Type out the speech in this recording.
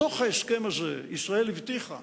בתוך ההסכם הזה ישראל הבטיחה